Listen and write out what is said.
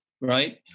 right